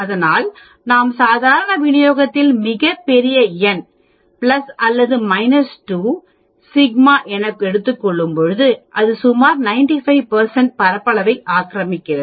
அதனால் நாம் சாதாரணமாக வினியோகத்தில் மிகப் பெரிய N க்கு அல்லது 2 σ என எடுத்துக்கொள்ளும் பொழுது அது சுமார் 95 பரப்பளவை ஆக்கிரமிக்கிறது